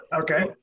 Okay